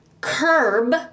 curb